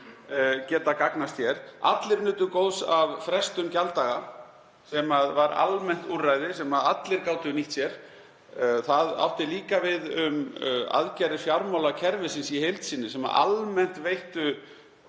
geta gagnast hér. Allir nutu góðs af frestun gjalddaga sem var almennt úrræði sem allir gátu nýtt sér. Það átti líka við um aðgerðir fjármálakerfisins í heild sinni sem almennt veitti